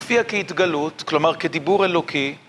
הופיע כהתגלות, כלומר כדיבור אלוקי